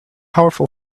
powerful